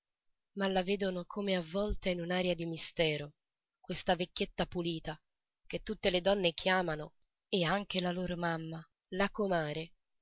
ma la vedono come avvolta in un'aria di mistero questa vecchietta pulita che tutte le donne chiamano e anche la loro mamma la comare